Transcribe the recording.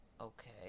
Okay